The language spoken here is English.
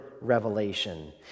revelation